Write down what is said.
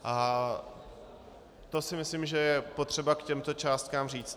A to si myslím, že je potřeba k těmto částkám říct.